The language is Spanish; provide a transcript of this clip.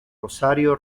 rosario